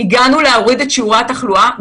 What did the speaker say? אני מבינה את השאלה.